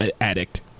addict